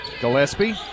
Gillespie